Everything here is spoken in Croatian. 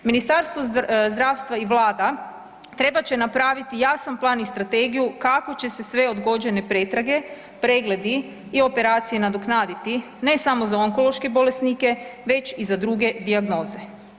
Ministarstvo zdravstva i Vlada trebat će napraviti jasan plan i strategiju kako će se sve odgođene pretrage, pregledi i operacije nadoknaditi ne samo za onkološke bolesnike već i za druge dijagnoze.